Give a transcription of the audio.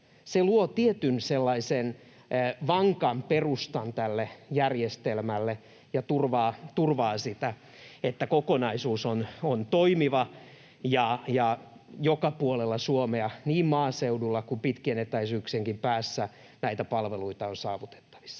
sellaisen tietyn vankan perustan tälle järjestelmälle ja turvaa sitä, että kokonaisuus on toimiva ja joka puolella Suomea, niin maaseudulla kuin pitkien etäisyyksienkin päässä, näitä palveluita on saavutettavissa.